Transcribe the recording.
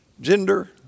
gender